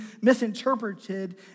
misinterpreted